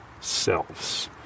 selves